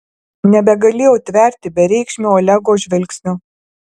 nebegalėjau tverti bereikšmio olego žvilgsnio